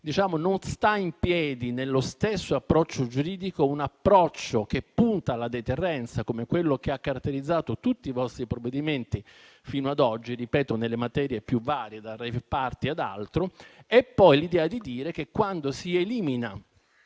non sta in piedi nello stesso ragionamento giuridico un approccio che punta alla deterrenza, come quello che ha caratterizzato tutti i vostri provvedimenti fino ad oggi (nelle materie più varie, dal *rave party* ad altro), insieme all'idea di dire che, quando si elimina